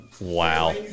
Wow